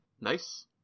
Nice